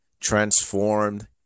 transformed